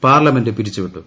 parliament പിരിച്ചുവിട്ടു